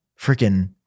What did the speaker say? freaking